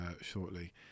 shortly